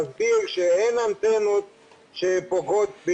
להסביר שאין אנטנות שפוגעות ב